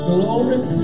Glory